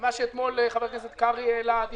שאתמול חבר הכנסת קרעי העלה לגבי